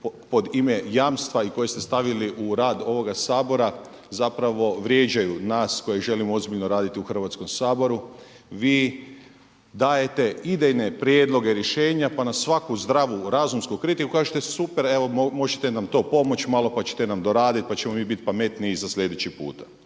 pod ime jamstva i koje ste stavili u rad ovoga Sabora zapravo vrijeđaju nas koji želimo ozbiljno raditi u Hrvatskom saboru. Vi dajete idejne prijedloge rješenja pa na svaku zdravu razumsku kritiku kažete super, evo možete nam to pomoći malo, pa ćete nam doraditi, pa ćemo mi biti pametniji za sljedeći puta.